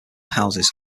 houses